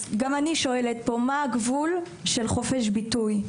אז גם אני שואלת פה מה הגבול של חופש ביטוי.